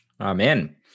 Amen